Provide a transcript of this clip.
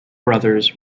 brothers